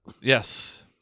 yes